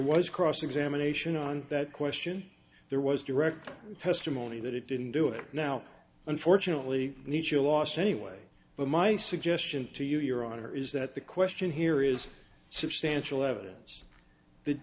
was cross examination on that question there was direct testimony that it didn't do it now unfortunately nature lost anyway but my suggestion to you your honor is that the question here is substantial evidence that